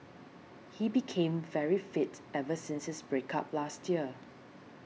he became very fit ever since his break up last year